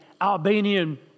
Albanian